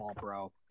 bro